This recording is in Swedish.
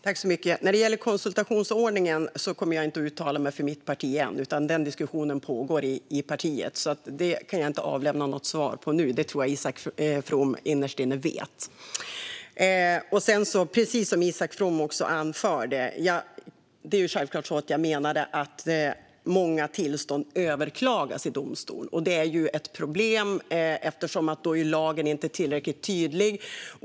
Herr talman! När det gäller konsultationsordningen kommer jag inte att uttala mig för mitt parti än. Den diskussionen pågår i partiet, så det kan jag inte avlämna något svar om nu. Det tror jag att Isak From innerst inne vet. Precis som Isak From anförde menade jag självklart att många tillstånd överklagas i domstol. Det är ett problem eftersom lagen då inte är tillräckligt tydlig.